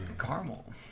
caramel